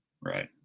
right